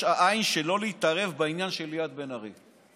העין שלא להתערב בעניין של ליאת בן-ארי.